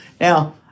Now